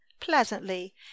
pleasantly